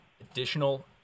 additional